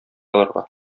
алырга